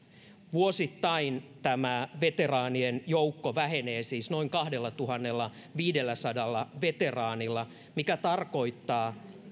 vuosittain tämä veteraanien joukko vähenee siis noin kahdellatuhannellaviidelläsadalla veteraanilla mikä tarkoittaa